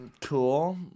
cool